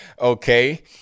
Okay